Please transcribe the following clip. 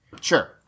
Sure